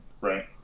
Right